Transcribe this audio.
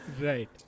right